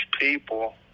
people